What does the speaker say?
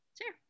Sure